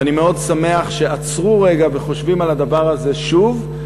ואני מאוד שמח שעצרו רגע וחושבים על הדבר הזה שוב.